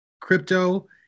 crypto